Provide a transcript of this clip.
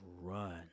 run